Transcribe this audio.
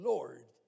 Lord